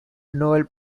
noel